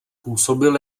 působil